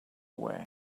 away